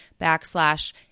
backslash